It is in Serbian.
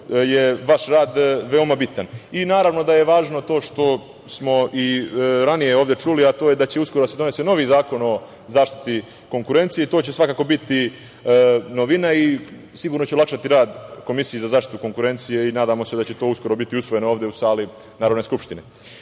je vaš rad veoma bitan. Naravno da je važno to što smo i ranije ovde čuli, a to je da će uskoro da se donese novi zakon o zašiti konkurencije, i to će svako biti novina i sigurno će olakšati rad Komisiji za zaštitu konkurencije. Nadamo se da će to uskoro biti usvojeno ovde u sali Narodne skupštine. Kada